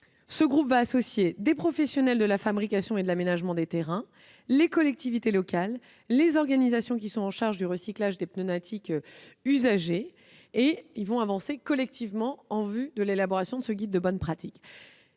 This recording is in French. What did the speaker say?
Ce groupe associera des professionnels de la fabrication et de l'aménagement des terrains, les collectivités locales et les organisations en charge du recyclage des pneumatiques usagés, en vue d'avancer collectivement à l'élaboration de ce guide de bonnes pratiques.